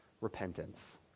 repentance